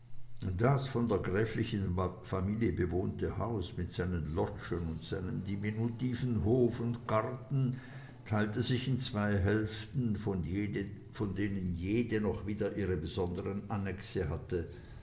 das von der gräflichen familie bewohnte haus mit seinen loggien und seinem diminutiven hof und garten teilte sich in zwei hälften von denen jede noch wieder ihre besondern annexe hatte